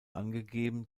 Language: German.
angegeben